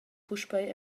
puspei